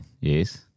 yes